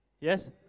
Yes